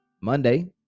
Monday